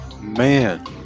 Man